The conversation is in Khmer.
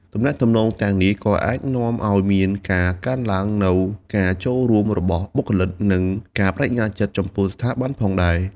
ទំនាក់ទំនងទាំងនេះក៏អាចនាំឱ្យមានការកើនឡើងនូវការចូលរួមរបស់បុគ្គលិក និងការប្តេជ្ញាចិត្តចំពោះស្ថាប័នផងដែរ។